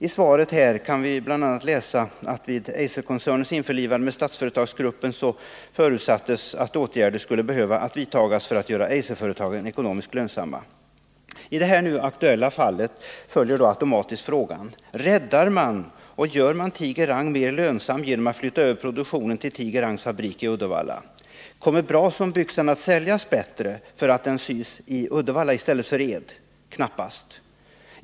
I svaret här kan vi bl.a. läsa att det vid Eiserkoncernens införlivande med Statsföretagsgruppen förutsattes att åtgärder skulle behöva vidtas för att göra Eiserföretagen ekonomiskt lönsamma. I det här aktuella fallet följer då automatiskt frågan: Räddar man eller gör man Tiger Rang mer lönsamt genom att flytta över produktionen till Tiger Rangs fabrik i Uddevalla? Kommer Brasonbyxan att säljas bättre därför att den sys i Uddevalla i stället för i Ed? Knappast!